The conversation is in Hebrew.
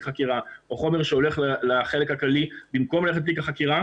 חקירה או חומר שהולך לחלק הכללי במקום ללכת לתיק החקירה,